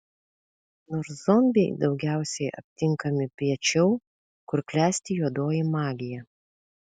nors zombiai daugiausiai aptinkami piečiau kur klesti juodoji magija